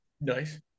nice